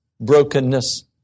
brokenness